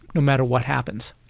no matter what happens.